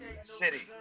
City